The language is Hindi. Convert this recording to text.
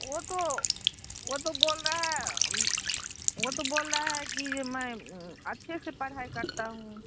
वो तो वो तो बोल रहा है वो तो बोल रहा है कि जे मैं अच्छे से पढ़ाई करता हूँ